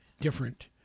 different